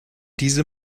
diese